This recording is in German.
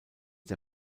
der